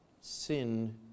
sin